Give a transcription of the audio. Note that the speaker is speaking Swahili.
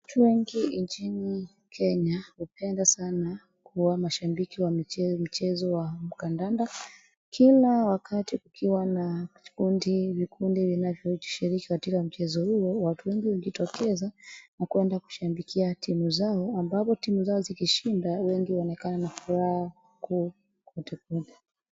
Watu wengi nchini Kenya hupenda sana kuwa mashabiki wa mchezo wa kandanda. Kila wakati kukiwa na vikundi vya vinayoshiriki michezo huo ,watu wengi hujitokeza na kuenda kushangilia timu zao. Ambapo timu zao zikishinda wengi wanaonekana na furaha kubwa kwelikweli.